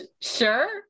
Sure